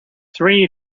three